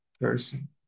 person